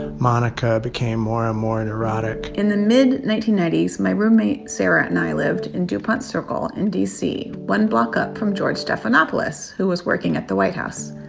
and monica became more and more neurotic in the mid nineteen ninety s, my roommate sarah and i lived in dupont circle in d c, one block up from george stephanopoulos, who was working at the white house.